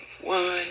one